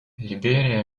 либерия